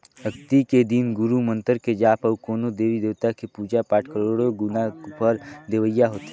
अक्ती के दिन गुरू मंतर के जाप अउ कोनो देवी देवता के पुजा पाठ करोड़ो गुना फर देवइया होथे